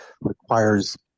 requires